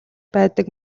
байдаг